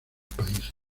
países